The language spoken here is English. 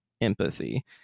empathy